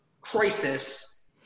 crisis